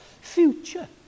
future